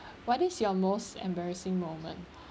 what is your most embarrassing moment